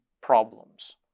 problems